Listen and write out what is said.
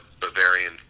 bavarian